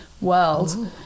world